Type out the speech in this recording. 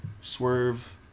swerve